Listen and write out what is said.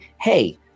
hey